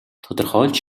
тодорхойлж